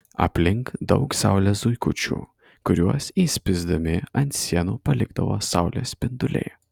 aplink daug saulės zuikučių kuriuos įspįsdami ant sienų palikdavo saulės spinduliai